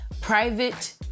private